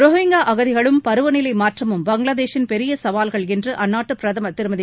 ரோஹிங்கா அகதிகளும் பருவநிலை மாற்றமும் பங்களாதேஷின் பெரிய சவால்கள் என்று அந்நாட்டு பிரதமர் திருமதி